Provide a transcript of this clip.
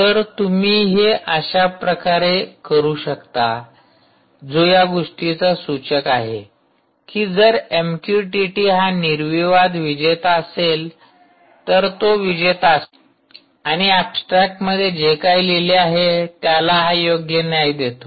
तर तुम्ही अशा प्रकारे हे करू शकता जो या गोष्टीचा सूचक आहे की जर एमक्यूटीटी हा निर्विवाद विजेता असेल तर तो विजेता असेल आणि ऍबस्ट्रॅक्ट मध्ये जे काही लिहिले आहे त्याला हा योग्य न्याय देतो